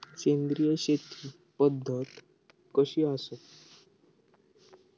सेंद्रिय शेती पद्धत कशी असता?